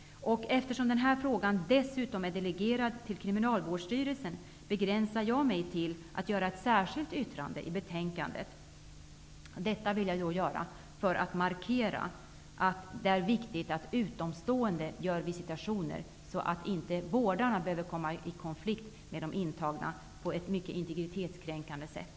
Eftersom den här frågan har delegerats till Kriminalvårdsstyrelsen har jag begränsat mig till ett särskilt yttrande, som framgår av betänkandet -- detta för att markera att det är viktigt att utomstående gör visitationerna, så att vårdarna inte behöver komma i konflikt med de intagna på ett högst integritetskränkande sätt.